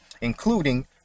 including